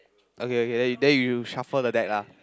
okay okay then you then you shuffle the deck lah